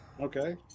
Okay